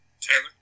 Taylor